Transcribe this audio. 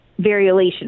variolation